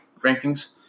rankings